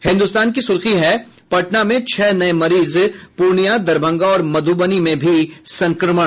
हिन्दुस्तान की सुर्खी है पटना में छह नये मरीज पूर्णिया दरभंगा और मधुबनी में भी संक्रमण